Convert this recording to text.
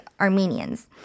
Armenians